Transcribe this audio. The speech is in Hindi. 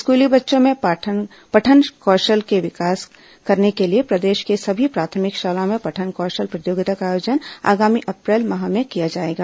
स्कूली बच्चों में पठन कौशल का विकास करने के लिए प्रदेश के समी प्राथमिक शालाओं में पठन कौशल प्रतियोगिता का आयोजन आगामी अप्रैल महीने में किया जाएगा